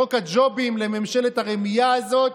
חוק הג'ובים לממשלת הרמייה הזאת,